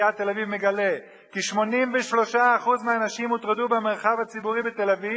תל-אביב מגלה כי "83% מהנשים הוטרדו במרחב הציבורי בתל-אביב,